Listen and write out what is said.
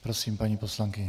Prosím, paní poslankyně.